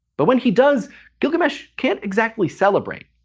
but when he does gilgamesh can't exactly celebrate.